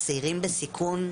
צעירים בסיכון,